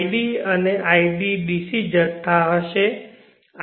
id અને iq DC જથ્થા હશે